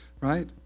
right